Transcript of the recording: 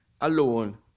alone